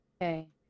Okay